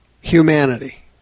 humanity